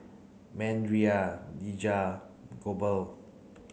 Mandria Dejah Goebel